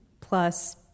plus